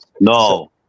No